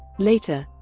later,